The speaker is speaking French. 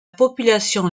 population